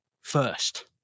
first